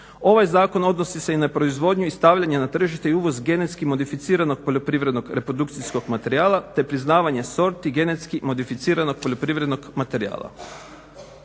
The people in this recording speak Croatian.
Ovaj zakon odnosi se i na proizvodnju i stavljanje na tržište i uvoz genetski modificiranog poljoprivrednog reprodukcijskog materijala te priznavanje sorti genetski modificiranog poljoprivrednog materijala.